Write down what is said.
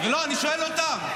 לא, אני שואל אותם.